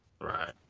Right